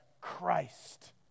Christ